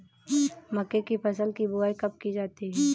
मक्के की फसल की बुआई कब की जाती है?